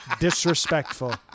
Disrespectful